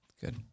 Good